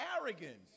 arrogance